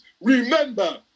Remember